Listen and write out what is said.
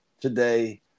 today